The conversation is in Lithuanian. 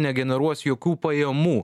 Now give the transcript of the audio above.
negeneruos jokiųpajamų